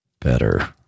Better